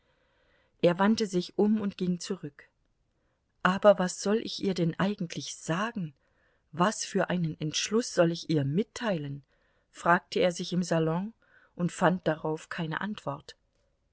er wandte sich um und ging zurück aber was soll ich ihr denn eigentlich sagen was für einen entschluß soll ich ihr mitteilen fragte er sich im salon und fand darauf keine antwort